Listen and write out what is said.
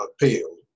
appeal